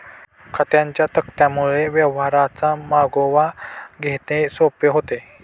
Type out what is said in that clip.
खात्यांच्या तक्त्यांमुळे व्यवहारांचा मागोवा घेणे सोपे होते